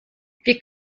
wir